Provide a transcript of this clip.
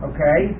Okay